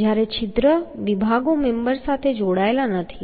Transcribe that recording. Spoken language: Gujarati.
જ્યારે છિદ્ર વિભાગો મેમ્બર સાથે જોડાયેલા નથી